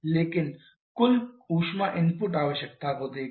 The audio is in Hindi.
लेकिन कुल ऊष्मा इनपुट आवश्यकता को देखें